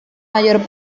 mayor